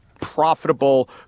profitable